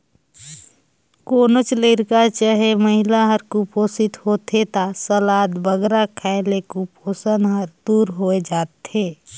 कोनोच लरिका चहे महिला हर कुपोसित होथे ता सलाद बगरा खाए ले कुपोसन हर दूर होए जाथे